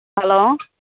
hello